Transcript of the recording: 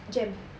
JEM